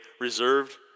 reserved